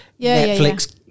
Netflix